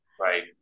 Right